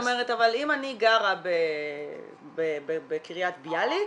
אם אני גרה בקריית ביאליק